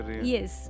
Yes